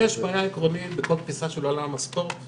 יש בעיה עקרונית בכל התפיסה של עולם הספורט,